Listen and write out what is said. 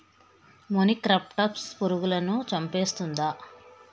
మొనిక్రప్టస్ పురుగులను చంపేస్తుందా?